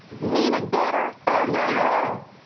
mean and bitter? oh, not at all.